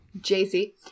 Jay-Z